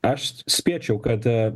aš spėčiau kad